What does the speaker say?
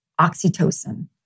oxytocin